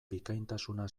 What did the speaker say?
bikaintasuna